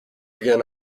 began